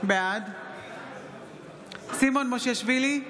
בעד סימון מושיאשוילי,